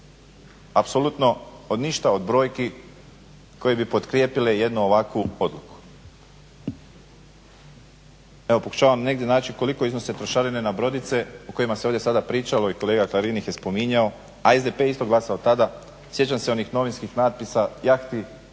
apsolutno ništa od brojki koje bi potkrijepile jednu ovakvu odluku. Evo pokušavam negdje naći koliko iznose trošarine na brodice o kojima se ovdje sada pričalo i kolega Klarin ih je spominjao, a SDP isto glasao tada. Sjećam se onih novinskih natpisa, jahti